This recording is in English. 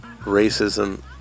racism